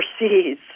overseas